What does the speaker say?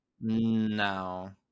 No